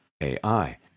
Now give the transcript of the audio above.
AI